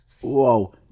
Whoa